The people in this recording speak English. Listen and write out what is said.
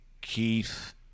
Keith